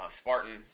Spartan